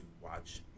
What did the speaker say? watch